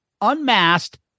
unmasked